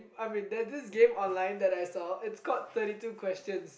I mean there's this game online that I saw it's called thirty two questions